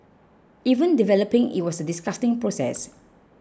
even developing it was a disgusting process